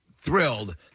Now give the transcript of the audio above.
thrilled